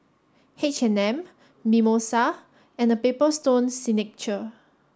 H and M Mimosa and The Paper Stone Signature